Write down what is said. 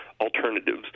alternatives